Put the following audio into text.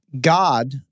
God